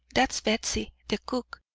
that's batsy, the cook.